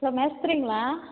hello மேஸ்த்ரிங்களா